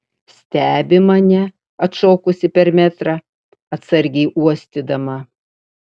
stebi mane atšokusi per metrą atsargiai uostydama